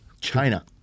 China